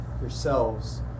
yourselves